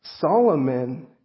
Solomon